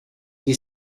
gli